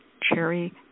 cherry